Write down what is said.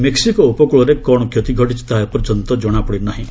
Mexico ଉପକୂଳରେ କ'ଣ କ୍ଷତି ଘଟିଛି ତାହା ଏପର୍ଯ୍ୟନ୍ତ ଜଣାପଡ଼ି ନାହିଁ